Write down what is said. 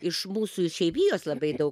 iš mūsų išeivijos labai daug